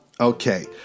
okay